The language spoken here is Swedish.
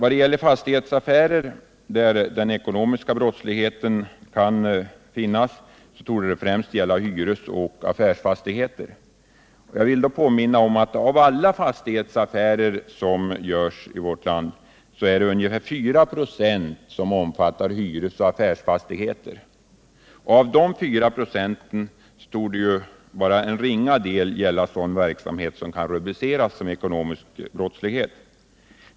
De fastighetsaffärer som har samband med den ekonomiska brottsligheten gäller främst hyresoch affärsfastigheter. Jag vill erinra om att av alla fastighetsaffärer som görs i vårt land är det ungefär 4 ?5 som omfattar hyresoch affärsfastigheter. Av dessa 4 26 torde bara en ringa del gälla sådan verksamhet som kan rubriceras som ekonomisk brottslighet.